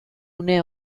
une